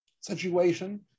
situation